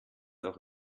auch